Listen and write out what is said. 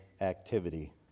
activity